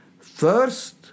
First